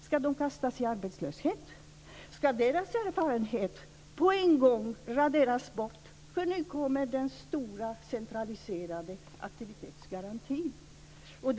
Ska de kastas ut i arbetslöshet? Ska deras erfarenhet på en gång raderas bort därför att den stora centraliserade aktivitetsgarantin nu kommer?